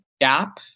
Gap